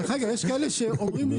יש כאלה שאומרים,